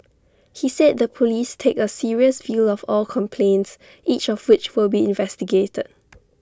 he said the Police take A serious view of all complaints each of which will be investigated